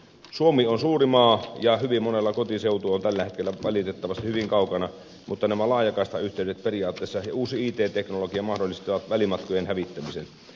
suomi on suuri maa ja hyvin monella kotiseutu on tällä hetkellä valitettavasti hyvin kaukana mutta nämä laajakaistayhteydet ja uusi it teknologia periaatteessa mahdollistavat välimatkojen hävittämisen